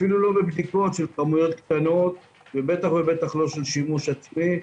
אפילו לא בבדיקות של כמויות קטנות ובטח לא של שימוש עצמי.